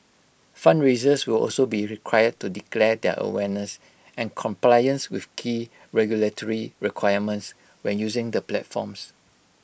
fundraisers will also be required to declare their awareness and compliance with key regulatory requirements when using the platforms